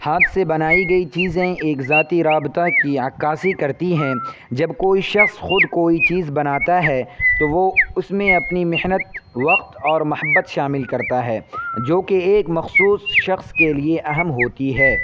ہاتھ سے بنائی گئی چیزیں ایک ذاتی رابطہ کی عکاسی کرتی ہیں جب کوئی شخص خود کوئی چیز بناتا ہے تو وہ اس میں اپنی محنت وقت اور محبت شامل کرتا ہے جو کہ ایک مخصوص شخص کے لیے اہم ہوتی ہے